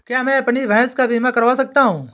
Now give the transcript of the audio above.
क्या मैं अपनी भैंस का बीमा करवा सकता हूँ?